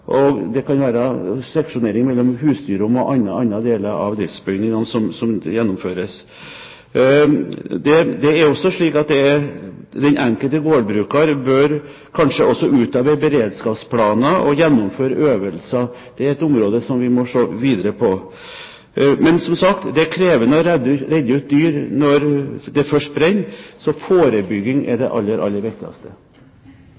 driftsbygningene som gjennomføres. Det er også slik at den enkelte gårdbruker kanskje også bør utarbeide beredskapsplaner og gjennomføre øvelser. Det er et område vi må se videre på. Men, som sagt, det er krevende å redde ut dyr når det først brenner. Så forebygging er